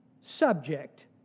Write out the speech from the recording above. subject